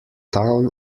town